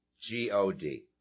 G-O-D